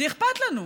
אכפת לנו.